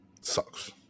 Sucks